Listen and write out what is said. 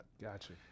Gotcha